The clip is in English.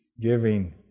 giving